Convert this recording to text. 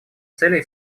целей